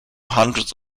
hundreds